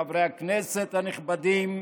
חברי הכנסת הנכבדים,